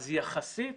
אז יחסית